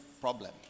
problem